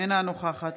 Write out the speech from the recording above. אינה נוכחת